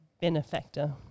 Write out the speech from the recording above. benefactor